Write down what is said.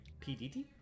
PDT